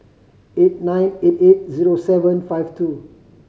eight nine eight eight zero seven five two